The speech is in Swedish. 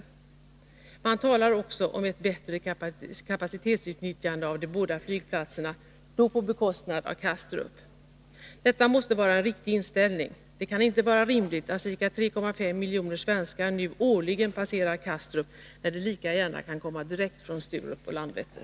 Utskottet talar också om ett bättre kapacitetsutnyttjande av de båda flygplatserna, då på bekostnad av Kastrup. Detta måste vara en riktig inställning. Det kan inte vara rimligt att ca 3,5 miljoner svenskar nu årligen passerar Kastrup, när de lika gärna kan komma direkt från Sturup och Landvetter.